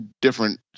different